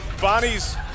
Bonnie's